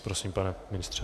Prosím, pane ministře.